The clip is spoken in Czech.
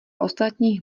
ostatních